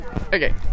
Okay